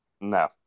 No